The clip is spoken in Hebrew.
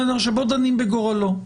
שבו דנים בגורלו.